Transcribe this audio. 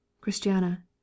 Christiana